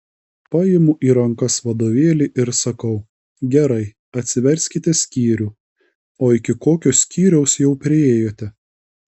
paimu į rankas vadovėlį ir sakau gerai atsiverskite skyrių o iki kokio skyriaus jau priėjote